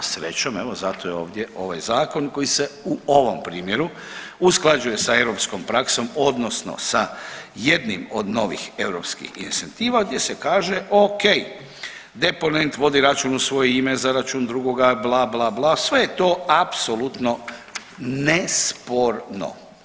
Srećom evo zato je ovdje ovaj zakon koji se u ovom primjeru usklađuje sa europskom praksom odnosno sa jednom od novih europskih … gdje se kaže, ok deponent vodi račun u svoje ime za račun drugoga bla, bla, bla, sve je to apsolutno nesporno.